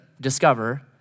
discover